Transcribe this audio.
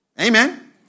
Amen